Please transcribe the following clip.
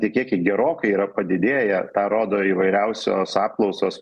tie kiekiai gerokai yra padidėję tą rodo įvairiausios apklausos